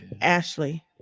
Ashley